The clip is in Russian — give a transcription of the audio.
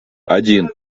один